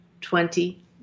twenty